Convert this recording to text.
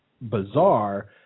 bizarre